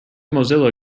mozilla